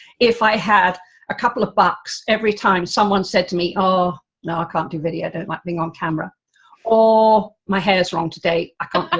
if i had a couple of bucks every time someone said to me oh no, i can't do video. don't like being on camera or my hair is wrong today, i can't,